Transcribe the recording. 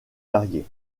variés